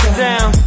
down